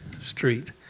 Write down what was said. street